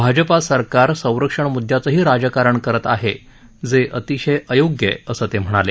भाजपा सरकार संरक्षण मुदयांचंही राजकारण करत आहेत जे अतिशय अयोग्य आहे असं ते म्हणाले